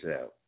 out